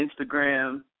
Instagram